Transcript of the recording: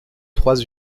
trois